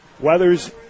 Weathers